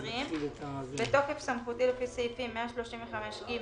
2020 בתוקף סמכותי לפי סעיפים 135ג,